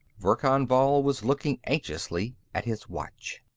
verkan vall was looking anxiously at his watch.